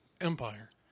empire